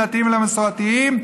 לדתיים ולמסורתיים,